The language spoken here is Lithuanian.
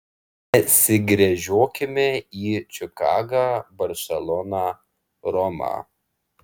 nesigręžiokime į čikagą barseloną romą